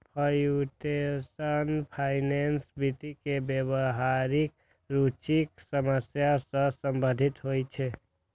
computational finance वित्त मे व्यावहारिक रुचिक समस्या सं संबंधित होइ छै